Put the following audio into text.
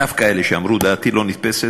דווקא אלה שאמרו: דעתי לא נתפסת,